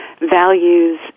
values